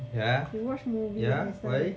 yeah yeah why